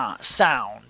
sound